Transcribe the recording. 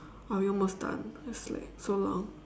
are we almost done it's like so long